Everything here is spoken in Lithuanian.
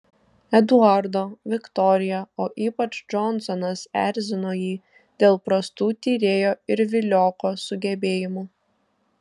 eduardo viktorija o ypač džonsonas erzino jį dėl prastų tyrėjo ir vilioko sugebėjimų